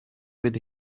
with